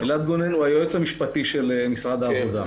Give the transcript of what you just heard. אלעד גונן הוא היועץ המשפטי של משרד העבודה.